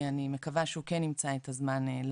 אני מקווה שהוא כן ימצא את הזמן גם